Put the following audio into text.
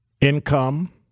income